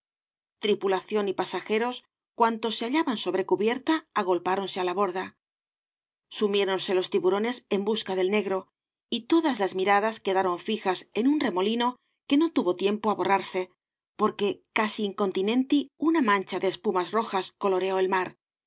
tripulación y pasajeros cuantos se hallaban sobre cubierta agolpáronse á la borda sumiéronse los tiburones en busca del negro y todas las miradas quedaron fijas en un remolino que no tuvo tiempo á borrarse porque casi incontinenti una mancha de espumas rojas coloreó el mar